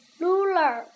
Ruler